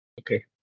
Okay